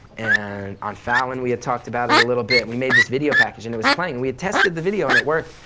and on fallon we had talked about it a little bit, and we made this video package, and it was playing. we had tested the video and it worked,